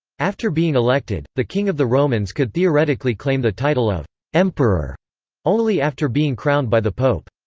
after being elected, the king of the romans could theoretically claim the title of emperor only after being crowned by the pope.